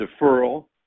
deferral